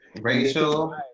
Rachel